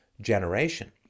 generation